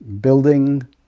building